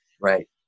Right